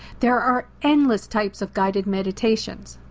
there are endless types of guided meditations.